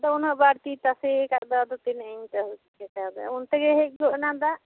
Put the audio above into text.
ᱟᱫᱚ ᱩᱱᱟᱹᱜ ᱵᱟᱹᱲᱛᱤ ᱛᱟᱥᱮ ᱟᱠᱟᱫ ᱫᱚ ᱟᱫᱚ ᱛᱤᱱᱟᱹ ᱤᱧ ᱩᱱᱛᱮᱜᱮ ᱦᱮᱡ ᱜᱚᱫ ᱮᱱᱟ ᱫᱟᱜ